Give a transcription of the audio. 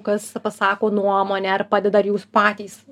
kas pasako nuomonę ar padeda ar jūs patys